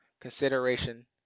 consideration